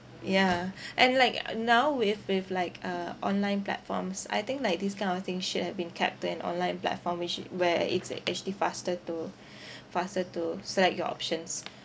yeah and like now with with like uh online platforms I think like this kind of things should have been kept in online platform which where it's a~ actually faster to faster to select your options